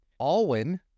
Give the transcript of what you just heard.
Alwyn